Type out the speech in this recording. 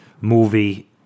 movie